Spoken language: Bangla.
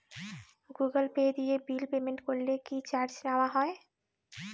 গুগল পে দিয়ে বিল পেমেন্ট করলে কি চার্জ নেওয়া হয়?